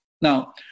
Now